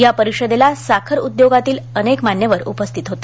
या परिषदेला साखर उद्योगातील अनेक मान्यवर उपस्थित होते